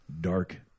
Dark